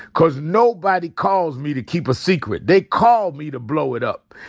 cause nobody calls me to keep a secret. they call me to blow it up.